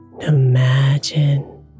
Imagine